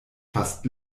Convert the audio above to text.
fast